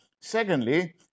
Secondly